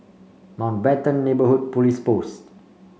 Mountbatten Neighbourhood Police Post